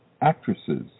actresses